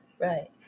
Right